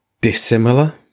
dissimilar